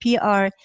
PR